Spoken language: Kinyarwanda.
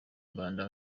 mbanda